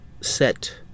set